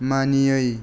मानियै